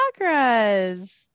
chakras